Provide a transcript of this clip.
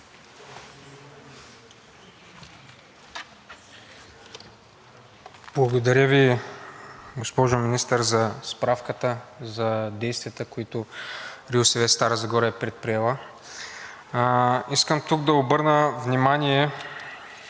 Благодаря Ви, госпожо Министър, за справката и действията, които РИОСВ – Стара Загора, е предприела. Искам тук да обърна внимание,